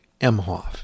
Emhoff